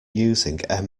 using